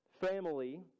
family